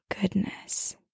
goodness